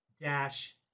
dash